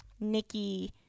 Nikki